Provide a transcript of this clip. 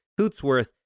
Hootsworth